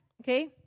Okay